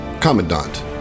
Commandant